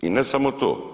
I ne samo to.